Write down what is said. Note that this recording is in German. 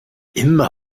immer